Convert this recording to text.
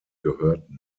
gehörten